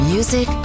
Music